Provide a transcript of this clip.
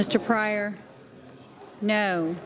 mr pryor no